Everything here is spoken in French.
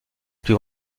plus